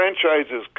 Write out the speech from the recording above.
franchises